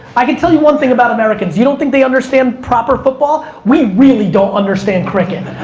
i can tell you one thing about americans, you don't think they understand proper football, we really don't understand cricket,